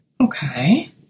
Okay